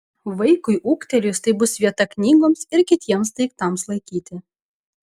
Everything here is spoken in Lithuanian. vaikui ūgtelėjus tai bus vieta knygoms ir kitiems daiktams laikyti